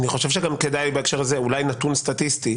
אני חושב שגם כדאי בהקשר הזה אולי נתון סטטיסטי,